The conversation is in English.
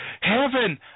Heaven